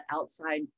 outside